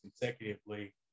consecutively